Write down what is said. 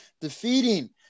defeating